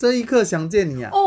这一个想见你啊